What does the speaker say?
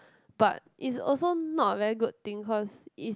but is also not a very good thing cause is